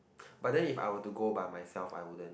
but then if I'll to go by myself I wouldn't